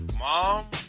Mom